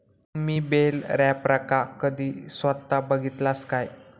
तुम्ही बेल रॅपरका कधी स्वता बघितलास काय?